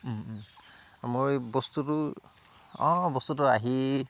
মোৰ এই বস্তুটো অঁ বস্তুটো আহি